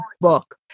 book